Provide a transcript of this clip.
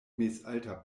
mezalta